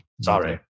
sorry